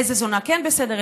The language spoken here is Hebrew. איזו זונה כן בסדר,